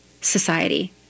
society